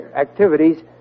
activities